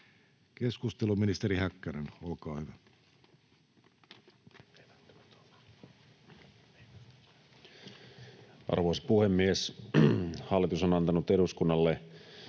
Keskustelu, ministeri Häkkänen, olkaa hyvä. Arvoisa puhemies! Hallitus on antanut eduskunnalle